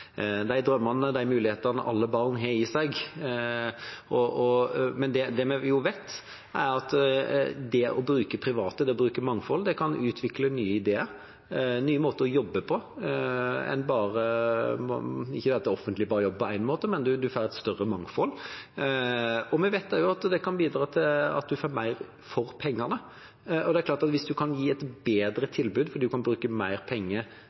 de drømmene og mulighetene alle barn har i seg. Det vi vet, er at det å bruke private, det å bruke mangfold, kan utvikle nye ideer og nye måter å jobbe på – ikke at det offentlige bare jobber på én måte, men man får et større mangfold. Vi vet også at det kan bidra til at man får mer for pengene. Det er klart at hvis man kan gi et bedre tilbud fordi man kan bruke mer penger